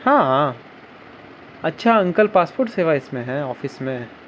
ہاں ہاں اچھا انکل پاسپورٹ سیوا اس میں ہیں آفس میں